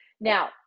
Now